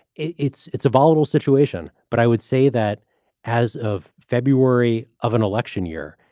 it's it's a volatile situation, but i would say that as of february of an election year,